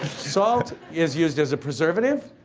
salt is used as a preservative,